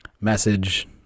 message